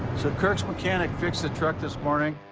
so kirk's mechanic fixed the truck this morning,